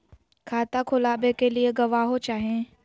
खाता खोलाबे के लिए गवाहों चाही?